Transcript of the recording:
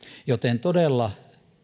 joten todella